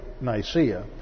Nicaea